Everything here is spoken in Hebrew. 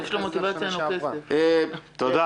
תודה.